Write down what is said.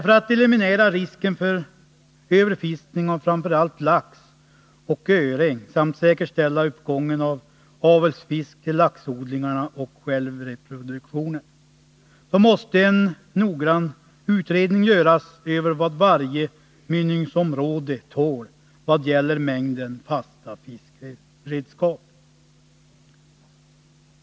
För att eliminera risken för överfiskning av framför allt lax och öring samt säkerställa uppgången av avelsfisk till laxodlingarna och självreproduktionen måste en noggrann utredning göras av vad varje mynningsområde tål i vad gäller mängden fasta fiskeredskap.